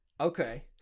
okay